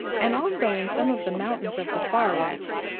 and also in some of the mountains of the far west.